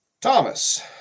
Thomas